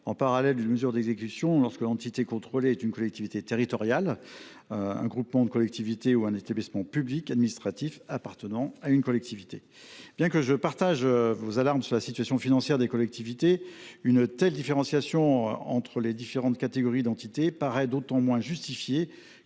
en parallèle d’une mesure d’exécution lorsque l’entité contrôlée est une collectivité territoriale, un groupement de collectivité ou un établissement public administratif appartenant à une collectivité. Bien que je partage vos alarmes sur la situation financière des collectivités, ma chère collègue, une telle différenciation entre les différentes catégories d’entités paraît d’autant moins justifiée